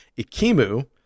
Ikimu